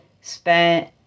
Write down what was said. spent